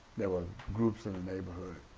there were groups in the neighborhood.